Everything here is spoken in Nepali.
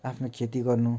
आफ्नो खेती गर्नु